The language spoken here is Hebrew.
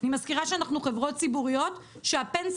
אני מזכירה שאנחנו חברות ציבוריות שהפנסיה